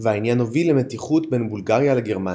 והעניין הוביל למתיחות בין בולגריה לגרמניה,